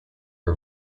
for